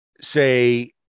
say